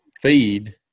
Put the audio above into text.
feed